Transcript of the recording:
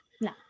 No